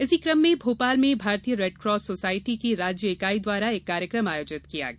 इस कम में भोपाल में भारतीय रेडकास सोसायटी की राज्य इकाई द्वारा एक कार्यक्रम आयोजित किया गया